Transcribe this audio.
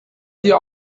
dir